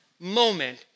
moment